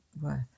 worth